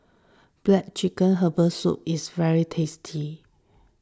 Black Chicken Herbal Soup is very tasty